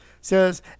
says